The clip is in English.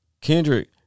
Kendrick